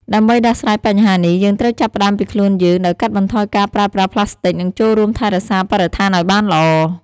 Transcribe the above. ដើម្បីដោះស្រាយបញ្ហានេះ យើងត្រូវចាប់ផ្តើមពីខ្លួនយើង ដោយកាត់បន្ថយការប្រើប្រាស់ប្លាស្ទិក និងចូលរួមថែរក្សាបរិស្ថានឱ្យបានល្អ។